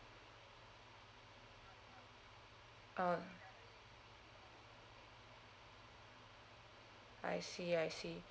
oh I see I see